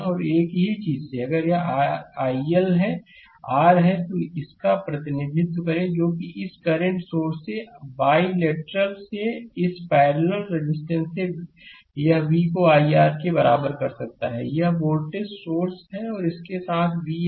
और एक ही चीज़ से अगर यह r iL है R है तो इस का प्रतिनिधित्व करें जो कि इस करंट सोर्स से r बाईलेटरल से और इस पैरलल रेजिस्टेंस से यह v को I R के बराबर कर सकता है यह वोल्टेज सोर्स है और इसके साथ है v यह R सीरीज में है